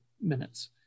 minutes